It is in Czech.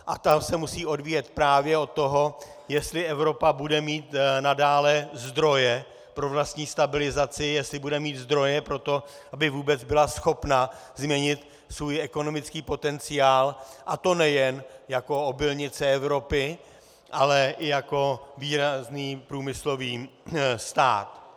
A ta se musí odvíjet právě od toho, jestli Evropa bude mít nadále zdroje pro vlastní stabilizaci, jestli bude mít zdroje pro to, aby vůbec byla schopna změnit svůj ekonomický potenciál, a to nejen jako obilnice Evropy, ale jako výrazný průmyslový stát.